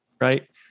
right